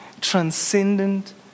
transcendent